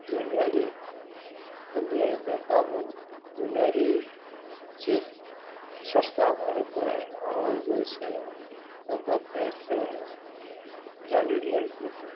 जे गाड़ीके लिए बताबु जे गाड़ी सी सस्तामे हेतै आओर जे छै तब अपने ओर सँ गाड़ी लेल जेतै